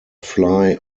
fly